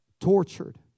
tortured